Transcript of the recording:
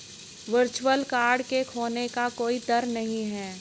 virtual card के खोने का कोई दर नहीं है